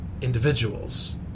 individuals